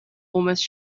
almost